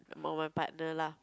my partner lah